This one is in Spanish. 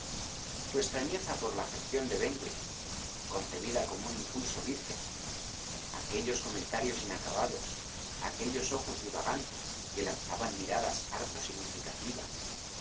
su extrañeza por la afección de benwick concebida como un impulso virgen aquellos comentarios inacabados aquellos ojos divagantes que lanzaban miradas harto significativas